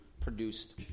produced